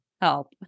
help